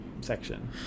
section